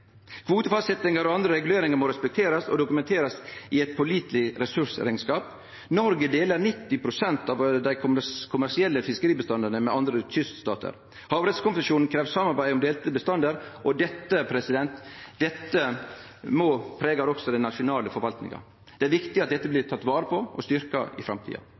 og andre reguleringar må respekterast og dokumenterast i ein påliteleg resursrekneskap. Noreg deler 90 pst. av dei kommersielle fiskeribestandane med andre kyststatar. Havrettskonvensjonen krev samarbeid om delte bestandar, og dette pregar også den nasjonale forvaltinga. Det er viktig at dette blir vareteke og styrkt i framtida.